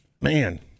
man